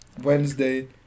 Wednesday